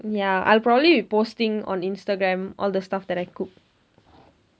ya I'll probably be posting on instagram all the stuff that I cook